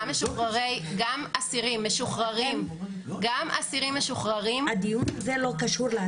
גם אסירים משוחררים --- הדיון הזה לא קשור לאסירים.